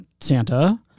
Santa